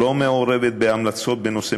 מטרת העל של הוועדה היא גיבוש המלצות לצמצום